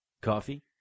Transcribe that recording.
Coffee